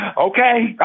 okay